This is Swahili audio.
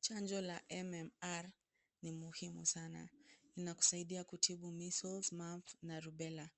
Chanjo la MMR ni muhimu sana. Lina kusaidia kitibu measles, mumps na rubella.